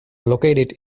located